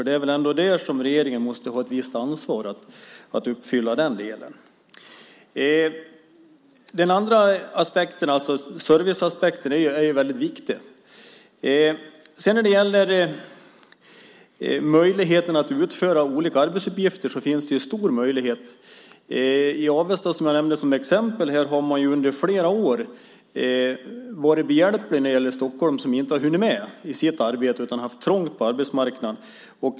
Det är väl ändå det som regeringen måste ha ett visst ansvar för. Man måste uppfylla den delen, för serviceaspekten är viktig. Den andra aspekten är möjligheten att utföra olika arbetsuppgifter. Det finns stora möjligheter. Jag nämnde Avesta som ett exempel. Där har man under flera år varit Stockholm behjälplig när Stockholm inte har hunnit med sitt arbete. Man har haft trångt på arbetsmarknaden.